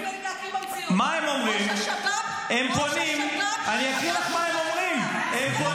מה הם אומרים --- לא מסוגלים